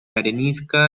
arenisca